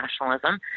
nationalism